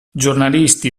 giornalisti